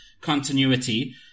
continuity